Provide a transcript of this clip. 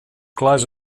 clars